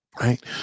right